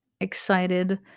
excited